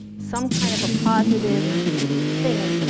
some kind of a positive thing.